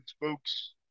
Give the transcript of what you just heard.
folks